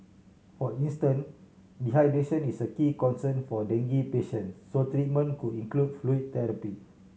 for instance dehydration is a key concern for dengue patient so treatment could include fluid therapy